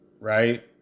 Right